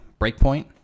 Breakpoint